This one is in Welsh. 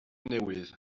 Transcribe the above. newydd